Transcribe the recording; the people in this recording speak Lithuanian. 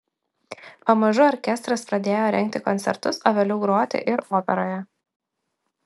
pamažu orkestras pradėjo rengti koncertus o vėliau groti ir operoje